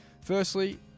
Firstly